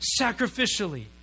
Sacrificially